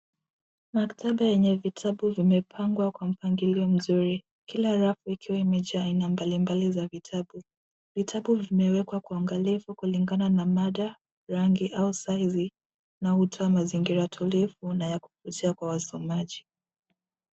Maktaba yenye vitabu vimepangwa kwa mpangilio mzuri. Kila rafu ikiwa imejaa aina mbali mbali za vitabu. Vitabu vimewekwa kwa uangalifu kulingana na mada, rangi au saizi na kutoa mazingira tulivu na ya kuvutia kwa wasomaji.